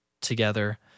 together